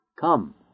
Come